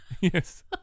Yes